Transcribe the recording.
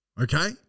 okay